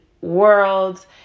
world